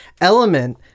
element